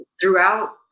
throughout